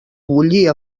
bullir